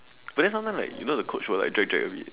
but then sometimes like you know the coach will like drag drag a bit